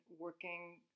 working